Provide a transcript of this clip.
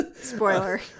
Spoiler